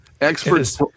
Experts